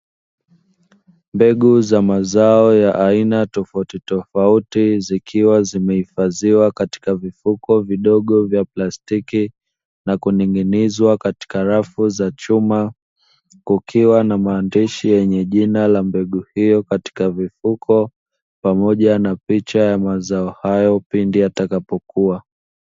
Mbegu za mazao ya aina tofautitofauti zikiwa zimehifadhiwa katika vifuko vidogo vya plastiki, na kuning'inizwa katika rafu za chuma, kukiwa na maandishi yenye jina la mbegu hiyo katika mifuko pamoja na picha ya mazao hayo pindi yatakapokua.